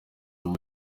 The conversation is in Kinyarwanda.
ubu